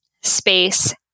space